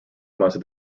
must